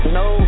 no